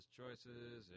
choices